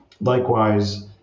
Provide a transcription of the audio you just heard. Likewise